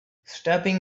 stepping